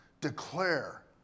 declare